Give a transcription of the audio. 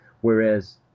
Whereas